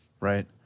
right